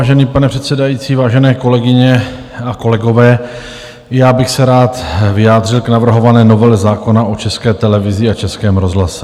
Vážený pane předsedající, vážené kolegyně a kolegové, já bych se rád vyjádřil k navrhované novele zákona o České televizi a Českém rozhlase.